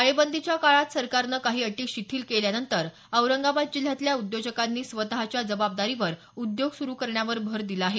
टाळेबंदीच्या काळात सरकारने काही अटी शिथिल केल्यानंतर औरंगाबाद जिल्ह्यातल्या उद्योजकांनी स्वतच्या जबाबदारीवर उद्योग सुरु करण्यावर भर दिला आहे